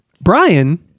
Brian